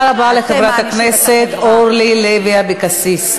תודה רבה לחברת הכנסת אורלי לוי אבקסיס.